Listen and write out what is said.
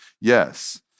yes